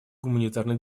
гуманитарной